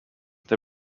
they